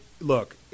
look